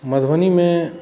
मधुबनीमे